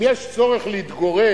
אם יש צורך להתגורר,